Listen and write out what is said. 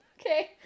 okay